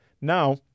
Now